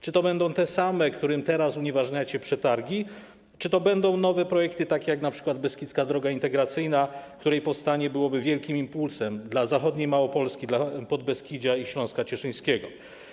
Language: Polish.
Czy to będą te same, w przypadku których teraz unieważniacie przetargi, czy to będą nowe projekty, takie jak np. Beskidzka Droga Integracyjna, której powstanie byłoby wielkim impulsem dla zachodniej Małopolski, dla Podbeskidzia i Śląska Cieszyńskiego?